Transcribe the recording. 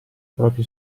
propri